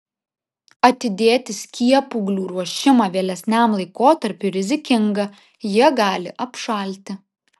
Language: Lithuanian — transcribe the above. atidėti skiepūglių ruošimą vėlesniam laikotarpiui rizikinga jie gali apšalti